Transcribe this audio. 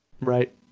Right